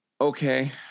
Okay